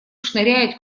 шныряет